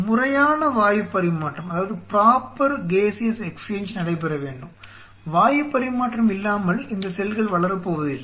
முறையான வாயு பரிமாற்றம் நடைபெற வேண்டும் வாயு பரிமாற்றம் இல்லாமல் இந்த செல்கள் வளரப் போவதில்லை